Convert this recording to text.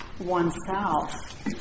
oneself